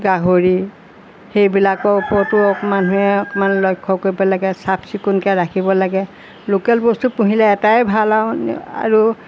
গাহৰি সেইবিলাকৰ ওপৰতো মানুহে অকণমান লক্ষ্য কৰিব লাগে চাফ চিকুণকৈ ৰাখিব লাগে লোকেল বস্তু পুহিলে এটাই ভাল আৰু আৰু